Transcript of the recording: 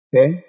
Okay